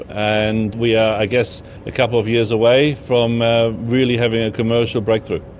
and we are i guess a couple of years away from ah really having a commercial breakthrough.